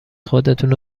خودتونو